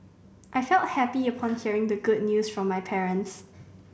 I felt happy upon hearing the good news from my parents